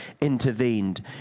intervened